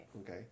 okay